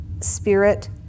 spirit